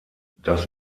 das